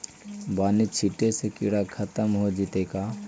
बानि छिटे से किड़ा खत्म हो जितै का?